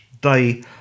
day